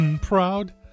proud